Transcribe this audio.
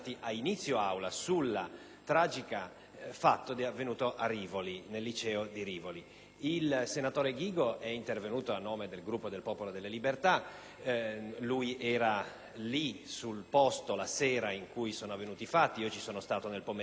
tragico fatto verificatosi nel liceo di Rivoli. Il senatore Ghigo è intervenuto a nome del Gruppo del Popolo della Libertà. Egli era sul posto la sera in cui sono avvenuti i fatti (io ci sono stato nel pomeriggio con il ministro Gelmini)